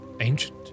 Ancient